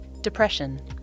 Depression